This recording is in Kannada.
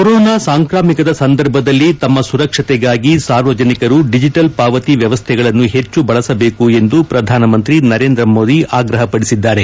ಕೊರೋನಾ ಸಾಂಕ್ರಾಮಿಕದ ಸಂದರ್ಭದಲ್ಲಿ ತಮ್ಮ ಸುರಕ್ಷತೆಗಾಗಿ ಸಾರ್ವಜನಿಕರು ಡಿಜಿಟಲ್ ಪಾವತಿ ಮ್ಯವಸ್ಥೆಗಳನ್ನು ಹೆಚ್ಚು ಬಳಸಬೇಕು ಎಂದು ಪ್ರಧಾನಮಂತ್ರಿ ನರೇಂದ್ರ ಮೋದಿ ಆಗ್ರಹಪಡಿಸಿದ್ದಾರೆ